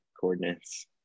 coordinates